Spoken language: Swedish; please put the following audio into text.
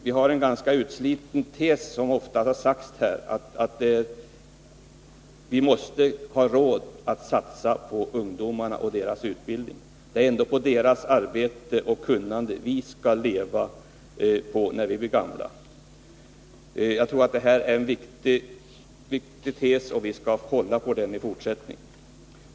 Vi har en ganska utsliten tes som ofta kommit till uttryck här: Vi måste ha råd att satsa på ungdomarna och deras utbildning — det är på deras arbete och kunnande vi skallleva, när vi blir gamla. Jag tror att det är en viktig tes, och vi skall hålla fast vid den i fortsättningen.